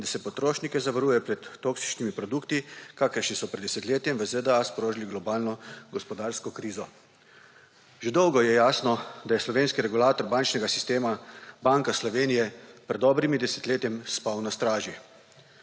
da se potrošnike zavaruje pred toksičnimi produkti, kakršni so pred desetletjem v ZDA sprožili globalno gospodarsko krizo. Že dolgo je jasno, da je slovenski regulator bančnega sistema, Banka Slovenije, pred dobrim desetletjem spal na straži.